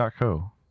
co